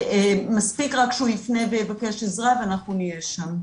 מספיק רק שהוא יפנה ויבקש עזרה ואנחנו נהיה שם.